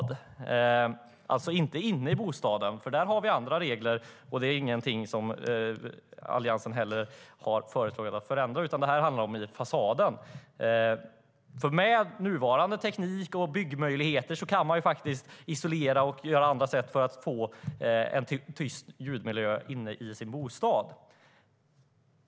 Det gäller alltså inte inne i bostaden - där har vi andra regler, och det är ingenting som Alliansen har föreslagit att man ska förändra - utan vid fasaden. Med nuvarande teknik och byggmöjligheter kan man faktiskt isolera och på andra sätt få till en tyst ljudmiljö inne i en bostad.